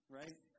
right